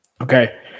Okay